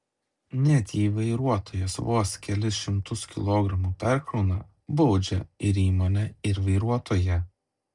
net jei vairuotojas vos kelis šimtus kilogramų perkrauna baudžia ir įmonę ir vairuotoją